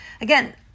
Again